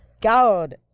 God